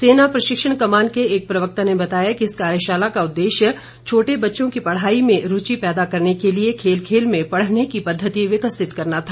सेना प्रशिक्षण कमान के एक प्रवक्ता ने बताया कि इस कार्यशाला का उद्देश्य छोटे बच्चों की पढ़ाई में रूचि पैदा करने के लिए खेल खेल में पढ़ने की पद्वति विकसित करना था